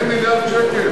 2 מיליארד שקל.